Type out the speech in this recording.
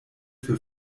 für